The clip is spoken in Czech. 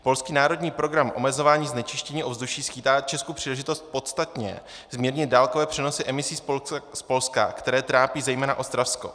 Polský národní program omezování znečištění ovzduší skýtá Česku příležitost podstatně zmírnit dálkové přenosy emisí z Polska, které trápí zejména Ostravsko.